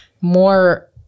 more